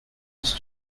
was